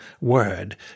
word